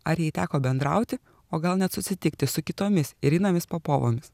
ar jai teko bendrauti o gal net susitikti su kitomis irinomis popovomis